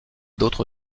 d’autre